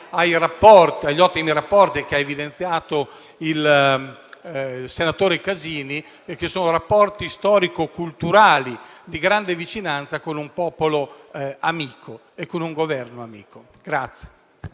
agli ottimi rapporti che ha evidenziato il senatore Casini. Sono rapporti storico culturali di grande vicinanza con un popolo amico e con un Governo amico.